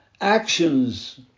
actions